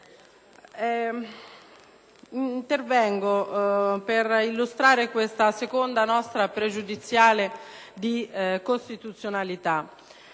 intervengo per illustrare questa seconda questione pregiudiziale di costituzionalità